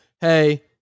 Hey